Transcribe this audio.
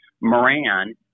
Moran